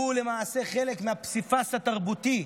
למעשה חלק מהפסיפס התרבותי,